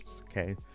Okay